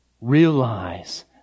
realize